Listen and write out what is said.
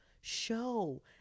show